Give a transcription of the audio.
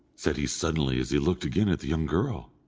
said he, suddenly, as he looked again at the young girl,